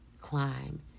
Climb